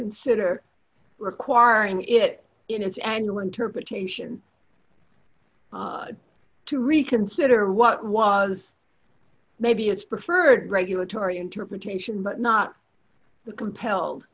consider requiring it in its annual interpretation to reconsider what was maybe its preferred regulatory interpretation but not compelled